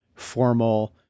formal